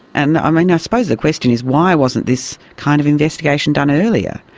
and um i and suppose the question is why wasn't this kind of investigation done earlier?